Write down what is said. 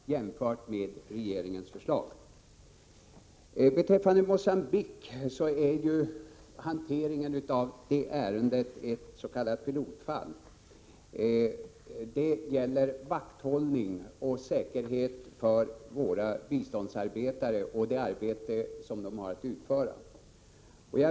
Beträffande Mogambique vill jag framhålla att hanteringen av det ärendet är ett s.k. pilotfall. Det gäller vakthållning och säkerhet för våra biståndsarbetare i det arbete de har att utföra.